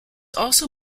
also